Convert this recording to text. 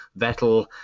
Vettel